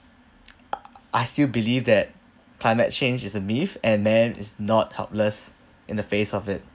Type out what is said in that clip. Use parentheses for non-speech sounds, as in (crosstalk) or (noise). (noise) I still believe that climate change is a myth and man is not helpless in the face of it